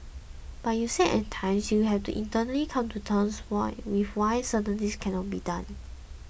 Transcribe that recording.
but you said that at times you have to internally come to terms with why certain things cannot be done